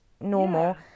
normal